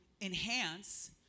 enhance